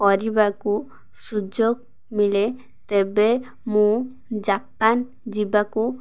କରିବାକୁ ସୁଯୋଗ ମିଳେ ତେବେ ମୁଁ ଜାପାନ ଯିବାକୁ